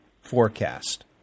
forecast